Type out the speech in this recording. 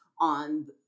on